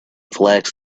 flakes